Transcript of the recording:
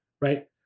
right